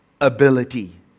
ability